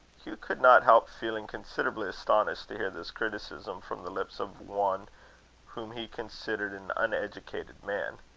hugh could not help feeling considerably astonished to hear this criticism from the lips of one whom he considered an uneducated man.